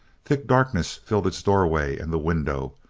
thick darkness filled its doorway and the window,